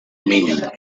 mínimo